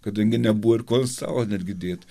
kadangi nebuvo ir ko ant stalo netgi dėt